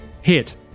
Hit